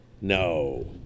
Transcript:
No